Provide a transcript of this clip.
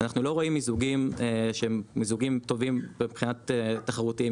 אנחנו לא רואים מיזוגים שהם מיזוגים טובים מבחינת תחרותיים.